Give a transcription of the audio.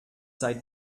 sei